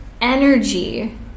energy